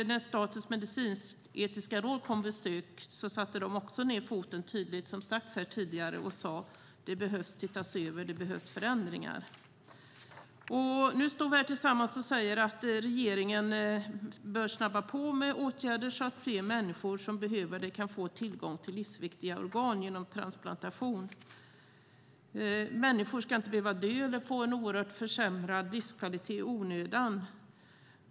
När Statens medicinsk-etiska råd kom på besök satte de också ned foten tydligt, som sagts här tidigare, och sade att det behöver tittas över, det behövs förändringar. Nu står vi här tillsammans och säger att regeringen bör snabba på med åtgärder så att fler människor som behöver det kan få tillgång till livsviktiga organ genom transplantation. Människor ska inte behöva dö eller få en oerhört försämrad livskvalitet i onödan.